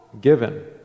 given